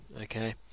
Okay